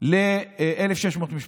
ל-1,600 משפחות.